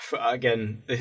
again